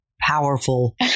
powerful